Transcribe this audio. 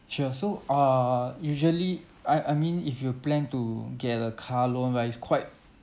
sure so err usually I I mean if you plan to get a car loan well it's quite